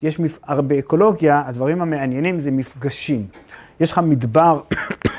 יש הרבה אקולוגיה, הדברים המעניינים זה מפגשים, יש לך מדבר.